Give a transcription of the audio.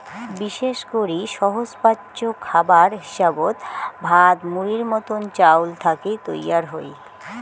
বিশেষ করি সহজপাচ্য খাবার হিসাবত ভাত, মুড়ির মতন চাউল থাকি তৈয়ার হই